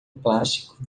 plástico